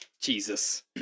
Jesus